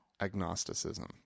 agnosticism